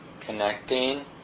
connecting